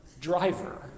driver